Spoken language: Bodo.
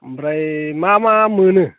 ओमफ्राय मा मा मोनो